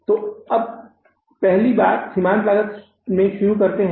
तो अब हम पहली बात सीमांत लागत में शुरू करते हैं